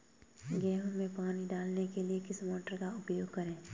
गेहूँ में पानी डालने के लिए किस मोटर का उपयोग करें?